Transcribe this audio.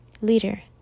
Leader